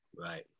Right